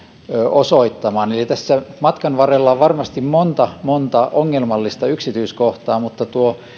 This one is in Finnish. osoittamaan eli tässä matkan varrella on varmasti monta monta ongelmallista yksityiskohtaa mutta tuo